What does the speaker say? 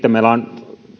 meillä on